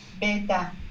Beta